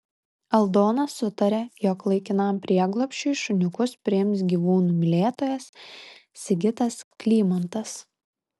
aldona sutarė jog laikinam prieglobsčiui šuniukus priims gyvūnų mylėtojas sigitas klymantas